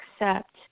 accept